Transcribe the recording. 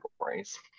categories